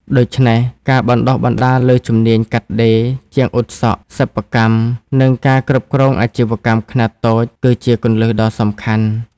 ដូច្នេះ ការបណ្តុះបណ្តាលលើជំនាញកាត់ដេរ ជាងអ៊ុតសក់ សិប្បកម្ម និងការគ្រប់គ្រងអាជីវកម្មខ្នាតតូច គឺជាគន្លឹះដ៏សំខាន់។